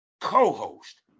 co-host